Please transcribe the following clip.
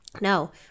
No